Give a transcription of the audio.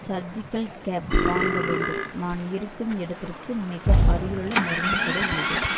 surgical cap வாங்க வேண்டும் நான் இருக்கும் இடத்திற்கு மிக அருகிலுள்ள மருந்துக் கடை எது